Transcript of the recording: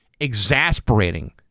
exasperating